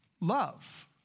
love